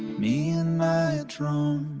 me and my drum